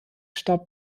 starb